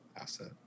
asset